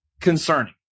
concerning